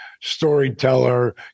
storyteller